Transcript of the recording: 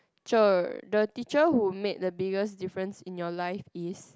cher the teacher who made the biggest difference in your life is